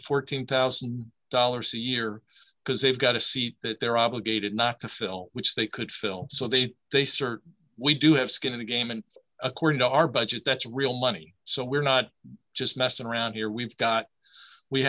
fourteen thousand dollars a year because they've got a seat that they're obligated not to fill which they could fill so they they search we do have skin in the game and according to our budget that's real money so we're not just messing around here we've got we